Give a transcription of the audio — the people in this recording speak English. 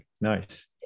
nice